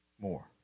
More